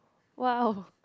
!wow!